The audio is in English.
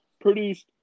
produced